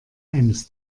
eines